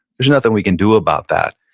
there's nothing we can do about that.